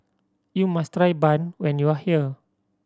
you must try bun when you are here